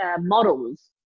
models